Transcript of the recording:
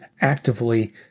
actively